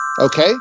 Okay